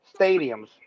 stadiums